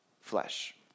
flesh